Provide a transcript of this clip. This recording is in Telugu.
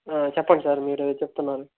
ఆ చెప్పండి సార్ మీరు ఏదో చెప్తున్నారు